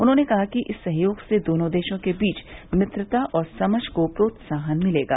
उन्होंने कहा कि इस सहयोग से दोनों देशों के बीच मित्रता और समझ को प्रोत्साहन मिलेगा